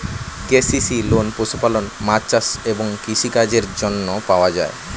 KCC loan পশুপালন, মাছ চাষ এবং কৃষি কাজের জন্য পাওয়া যায়